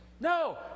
No